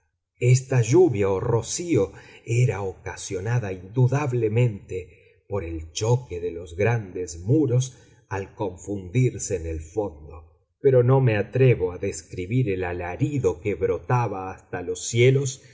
esta lluvia o rocío era ocasionada indudablemente por el choque de los grandes muros al confundirse en el fondo pero no me atrevo a describir el alarido que brotaba hasta los cielos